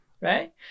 right